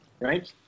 Right